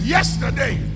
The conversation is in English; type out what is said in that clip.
Yesterday